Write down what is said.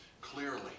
clearly